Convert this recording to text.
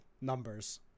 numbers